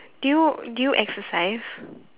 do you do you exercise